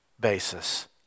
Basis